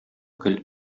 көл